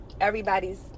everybody's